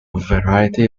variety